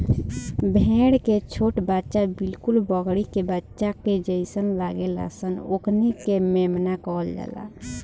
भेड़ के छोट बच्चा बिलकुल बकरी के बच्चा के जइसे लागेल सन ओकनी के मेमना कहल जाला